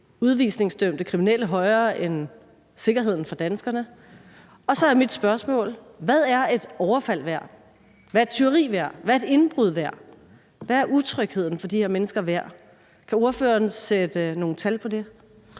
udvisningsdømte kriminelle højere end sikkerheden for danskere. Og så er mit spørgsmål: Hvad er et overfald værd, hvad er et tyveri værd, hvad er et indbrud værd, og hvad er utrygheden for de her mennesker værd? Kan ordføreren sætte nogen tal på det?